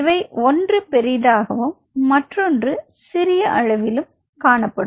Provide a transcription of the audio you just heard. இவை 1 பெரிதாகவும் மற்றொன்று சிறிய அளவிலும் காணப்படும்